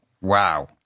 Wow